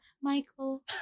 Michael